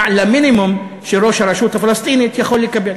למינימום שראש הרשות הפלסטינית יכול לקבל,